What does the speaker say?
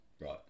Right